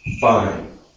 Fine